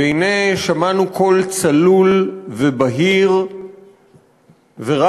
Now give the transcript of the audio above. והנה שמענו קול צלול ובהיר ורב-עוצמה